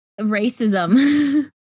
Racism